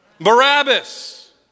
Barabbas